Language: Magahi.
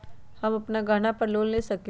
हम अपन गहना पर लोन ले सकील?